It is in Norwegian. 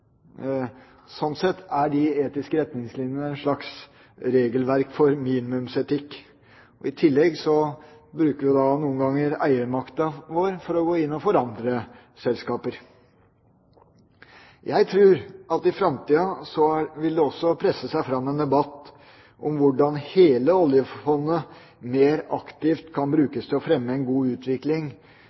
Sånn sett er de etiske retningslinjene et slags regelverk for minimumsetikk. I tillegg bruker vi noen ganger eiermakta vår for å gå inn og forandre selskaper. Jeg tror at i framtida vil det også presse seg fram en debatt om hvordan hele oljefondet mer aktivt kan brukes til å fremme en god utvikling